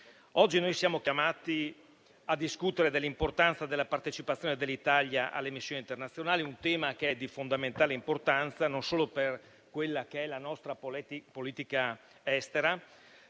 Oggi siamo chiamati a discutere dell'importanza della partecipazione dell'Italia alle missioni internazionali, un tema di fondamentale importanza non solo per la nostra politica estera,